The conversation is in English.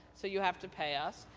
so you have to pay us.